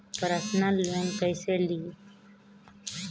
Personal loan कैसे ली?